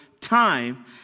time